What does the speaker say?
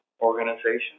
organization